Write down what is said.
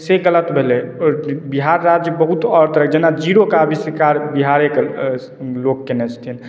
से गलत भेलै बिहार राज्यमे बहुत्त आओर तरहके जेना जीरोके आविष्कार बिहारेके लोक कयने छथिन